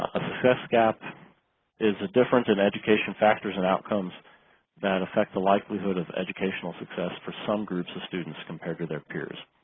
a success gap is a difference in education factors and outcomes that affect the likelihood of educational success for some groups of students compared to their peers.